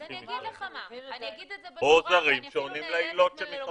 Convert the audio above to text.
אז אני אגיד לך מה אני אגיד את זה בצורה שאני הכי לא נהנית לומר